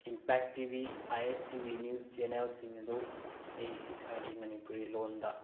impact TV I S TV news ꯆꯦꯅꯦꯜꯁꯤꯡ ꯑꯗꯨ ꯑꯩ ꯏꯁꯥꯒꯤ ꯃꯅꯤꯄꯨꯔꯤ ꯂꯣꯟꯗ